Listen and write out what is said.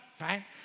right